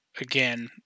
again